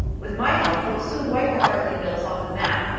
with my help, we'll soon wipe the hartley mills off the map,